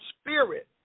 spirit